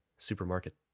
supermarket